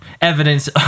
Evidence